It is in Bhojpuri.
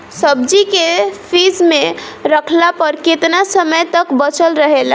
सब्जी के फिज में रखला पर केतना समय तक बचल रहेला?